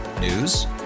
News